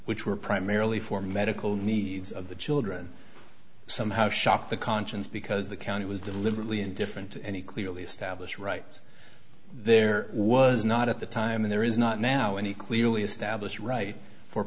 which were primarily for medical needs of the children somehow shock the conscience because the county was deliberately indifferent to any clearly established rights there was not at the time and there is not now any clearly established right for